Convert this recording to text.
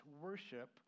worship